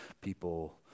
people